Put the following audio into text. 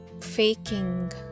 faking